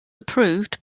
approved